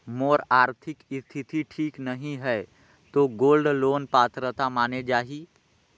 मोर आरथिक स्थिति ठीक नहीं है तो गोल्ड लोन पात्रता माने जाहि?